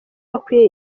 bakwiye